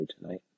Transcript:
tonight